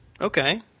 Okay